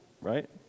right